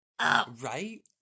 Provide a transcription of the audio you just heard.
Right